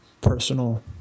personal